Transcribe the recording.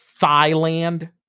Thailand